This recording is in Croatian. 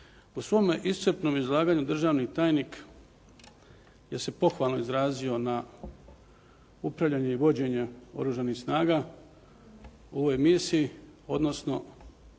U svome iscrpnom izlaganju državni tajnik je se pohvalno izrazio na upravljanje i vođenje oružanih snaga u ovoj misiji, odnosno